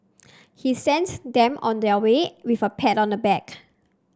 he sent them on their way with a pat on the back